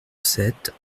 sept